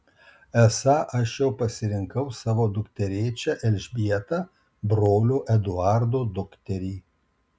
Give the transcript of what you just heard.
esą aš jau pasirinkau savo dukterėčią elžbietą brolio eduardo dukterį